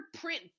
print